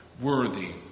Worthy